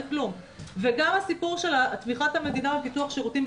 תני לי סקירה